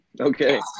Okay